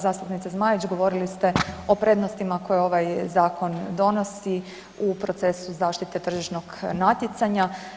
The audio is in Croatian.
Zastupnice Zmajić govorili ste o prednostima koje ovaj Zakon donosi u procesu zaštite tržišnog natjecanja.